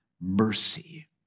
mercy